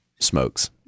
Smokes